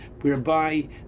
whereby